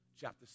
chapter